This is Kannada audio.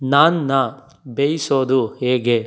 ನಾನ್ನ ಬೇಯಿಸೋದು ಹೇಗೆ